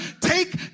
take